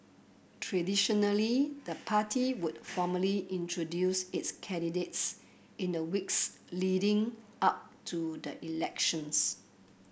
traditionally the party would formally introduce its candidates in the weeks leading up to the elections